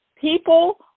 people